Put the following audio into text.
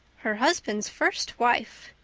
her husband's first wife.